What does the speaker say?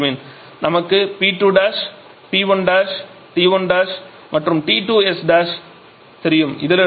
005 kJ kgK நமக்கு P2 P1 T1 மற்றும் T2s தெரியும்